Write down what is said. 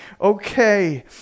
okay